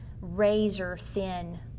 razor-thin